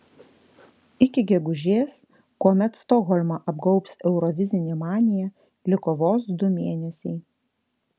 iki gegužės kuomet stokholmą apgaubs eurovizinė manija liko vos du mėnesiai